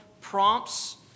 prompts